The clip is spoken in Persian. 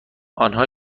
آنها